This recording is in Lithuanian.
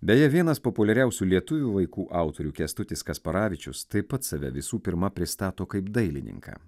beje vienas populiariausių lietuvių vaikų autorių kęstutis kasparavičius taip pat save visų pirma pristato kaip dailininką